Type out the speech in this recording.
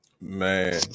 man